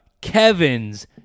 kevin's